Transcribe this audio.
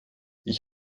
ich